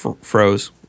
froze